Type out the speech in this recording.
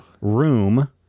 Room